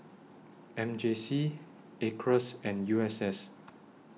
M J C Acres and U S S